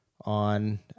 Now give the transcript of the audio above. on